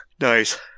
Nice